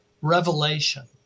revelation